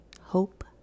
hope